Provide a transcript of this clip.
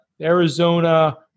Arizona